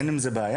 אין עם זה בעיה?